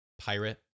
pirate